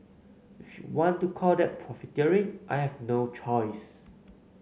if you want to call that profiteering I have no choice